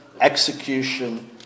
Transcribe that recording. execution